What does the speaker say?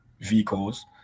vehicles